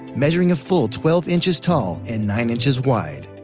measuring a full twelve inches tall, and nine inches wide.